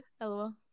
Hello